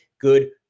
good